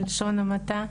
בלשון המעטה,